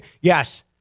yes